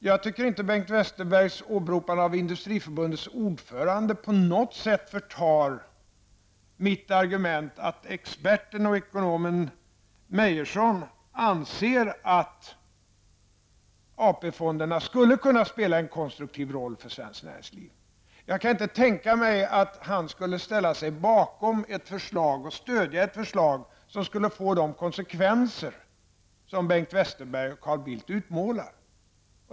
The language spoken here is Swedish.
Jag tycker det att Bengt Westerbergs åberopande av Industriförbundets ordförande på något sätt förtar effekten av mitt argument att experten och ekonomen Meyerson anser att AP-fonderna skulle kunna spela en konstruktiv roll för svenskt näringsliv. Jag kan inte tänka mig att Meyerson skulle stödja ett förslag som skulle få sådana konsekvenser som Bengt Westerberg och Carl Bildt utmålar.